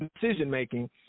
decision-making